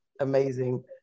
amazing